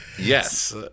Yes